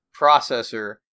processor